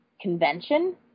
convention